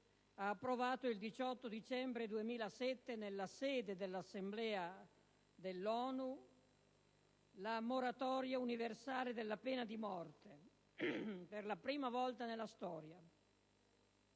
ha approvato il 18 dicembre 2007, nella sede dell'Assemblea dell'ONU, la moratoria universale della pena di morte, per la prima volta nella storia;